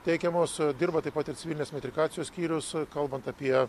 teikiamos dirba taip pat ir civilinės metrikacijos skyrius kalbant apie